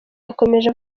yakomeje